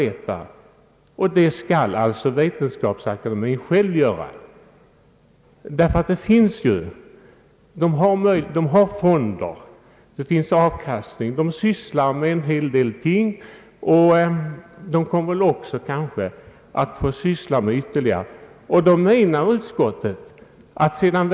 Detta vill också utskottet ge till känna för Kungl. Maj:t. Akademien har fonder som ger avkastning, och den ägnar sig åt olika verksamheter. Kanske får Akademien också ytterligare uppgifter av annat slag.